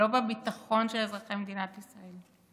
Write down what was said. לא בביטחון של אזרחי מדינת ישראל,